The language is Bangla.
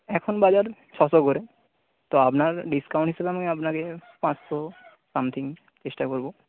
এখন বাজার ছশো করে তো আপনার ডিসকউন্ট হিসেবে আমি আপনাকে পাঁচশো সামথিং চেষ্টা করবো